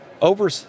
over